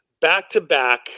back-to-back –